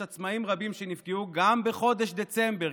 עצמאים רבים שנפגעו גם בחודש דצמבר,